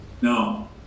no